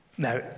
Now